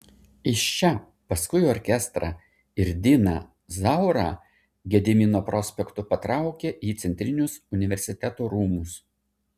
iš čia paskui orkestrą ir diną zaurą gedimino prospektu patraukė į centrinius universiteto rūmus